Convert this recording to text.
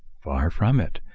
far from it!